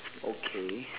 okay